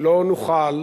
לא נוכל